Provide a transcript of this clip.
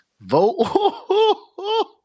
Vote